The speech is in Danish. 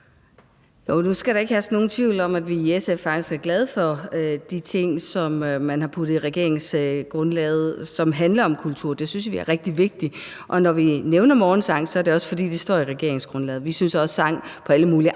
Nu skal der ikke herske nogen tvivl om, at vi i SF faktisk er glade for de ting, som man har skrevet ind i regeringsgrundlaget, som handler om kultur – det synes vi er rigtig vigtigt – og når vi nævner morgensangen, er det også, fordi det står i regeringsgrundlaget. Vi synes også, at sang på alle mulige andre